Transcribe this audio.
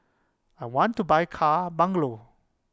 I want to buy car bungalow